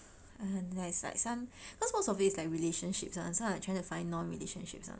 there's like some cause most of it is like relationships [one] so im trying to find non relationships [one]